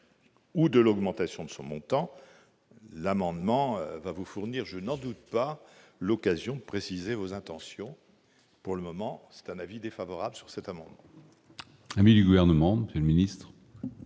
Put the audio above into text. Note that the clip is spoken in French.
ou de l'augmentation de ce montant, l'amendement va vous fournir, je n'en doute pas l'occasion de préciser vos intentions pour le moment c'est un avis défavorable sur cette amende.